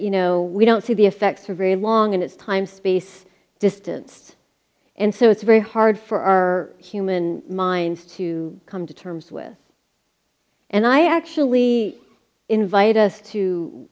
you know we don't see the effect for very long and it's time space distance and so it's very hard for our human minds to come to terms with and i actually invite us to